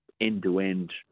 end-to-end